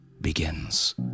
begins